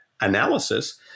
analysis